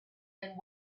and